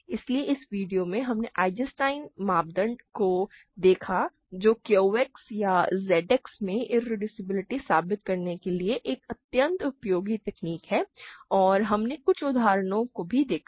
इसलिए इस वीडियो में हमने Eisenstein मानदंड को देखा जो QX या ZX में इरेड्यूसिबिलिटी साबित करने के लिए एक अत्यंत उपयोगी तकनीक है और हमने कुछ उदाहरणों को भी देखा